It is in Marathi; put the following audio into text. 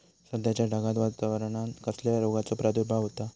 सध्याच्या ढगाळ वातावरणान कसल्या रोगाचो प्रादुर्भाव होता?